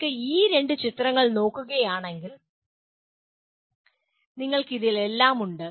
നിങ്ങൾ ഈ രണ്ട് ചിത്രങ്ങൾ നോക്കുകയാണെങ്കിൽ നിങ്ങൾക്ക് ഇതിൽ എല്ലാം ഉണ്ട്